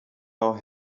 our